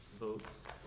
Votes